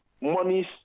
monies